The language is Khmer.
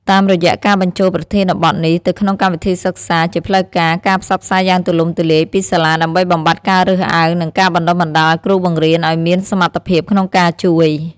តាមរយៈការបញ្ចូលប្រធានបទនេះទៅក្នុងកម្មវិធីសិក្សាជាផ្លូវការ ការផ្សព្វផ្សាយយ៉ាងទូលំទូលាយពីសាលាដើម្បីបំបាត់ការរើសអើង និងការបណ្ដុះបណ្ដាលគ្រូបង្រៀនឱ្យមានសមត្ថភាពក្នុងការជួយ។